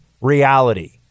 reality